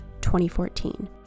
2014